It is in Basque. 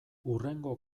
hurrengo